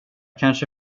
kanske